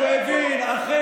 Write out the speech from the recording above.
שהוא הבין אחרי